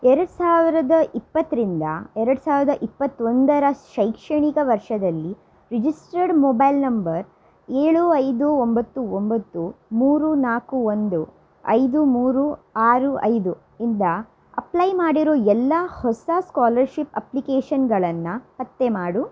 ಎರಡು ಸಾವಿರದ ಇಪ್ಪತ್ತರಿಂದ ಎರಡು ಸಾವಿರದ ಇಪ್ಪತ್ತೊಂದರ ಶೈಕ್ಷಣಿಕ ವರ್ಷದಲ್ಲಿ ರಿಜಿಸ್ಟರ್ಡ್ ಮೊಬೈಲ್ ನಂಬರ್ ಏಳು ಐದು ಒಂಬತ್ತು ಒಂಬತ್ತು ಮೂರು ನಾಲ್ಕು ಒಂದು ಐದು ಮೂರು ಆರು ಐದು ಇಂದ ಅಪ್ಲೈ ಮಾಡಿರೋ ಎಲ್ಲ ಹೊಸ ಸ್ಕಾಲರ್ಷಿಪ್ ಅಪ್ಲಿಕೇಶನ್ಗಳನ್ನು ಪತ್ತೆ ಮಾಡು